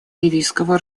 ливийского